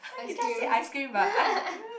ice-cream